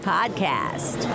Podcast